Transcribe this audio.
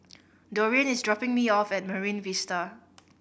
Dorian is dropping me off at Marine Vista